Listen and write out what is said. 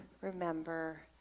remember